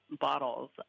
bottles